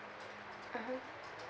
mmhmm